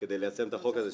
כדי ליישם את החוק הזה,